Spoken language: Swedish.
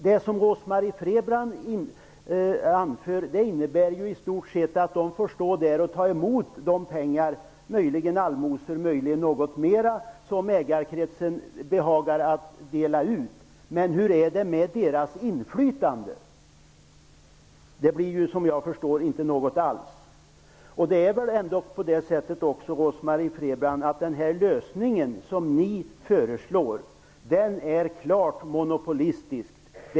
Rose-Marie Frebran anför att de får ta emot de pengar -- möjligen allmosor, möjligen något mera -- som ägarkretsen behagar dela ut. Men hur är det med deras inflytande? Vad jag förstår blir det inget alls. Den lösning som ni föreslår, Rose-Marie Frebran, är klart monopolistisk.